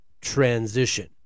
transition